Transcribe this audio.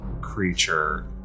creature